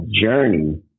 journey